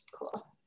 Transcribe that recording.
Cool